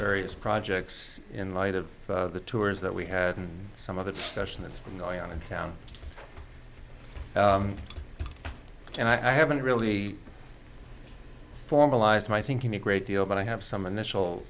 various projects in light of the tours that we had some of the session that's been going on in town and i haven't really formalized my thinking a great deal but i have some initial